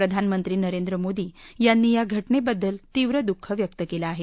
प्रधानमंत्री नरेंद्र मोदी यांनी या घटनेबद्दल तीव्र दुःख व्यक्त केलं आहे